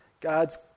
God's